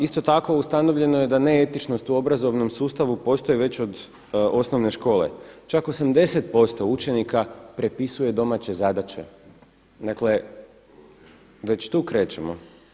Isto tako ustanovljeno je da neetičnost u obrazovnom sustavu postoji već od osnovne škole, čak 80% učenika prepisuje domaće zadaće, dakle već tu krećemo.